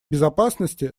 безопасности